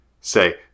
Say